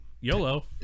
yolo